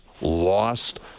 lost